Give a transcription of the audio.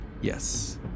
Yes